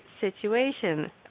situation